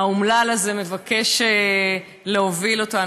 האומלל הזה, מבקש להוביל אותנו בה.